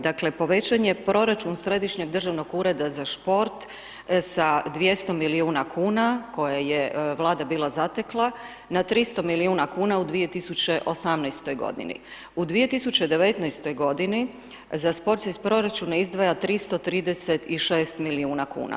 Dakle, povećanje proračun središnjeg državnog ureda za šport, sa 200 milijuna kn, koje je vlada bila zatekla na 300 milijuna kuna u 2018. g. U 2019. g. za sport se iz proračuna izdvaja 336 milijuna kn.